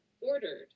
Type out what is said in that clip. ordered